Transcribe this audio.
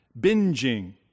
Binging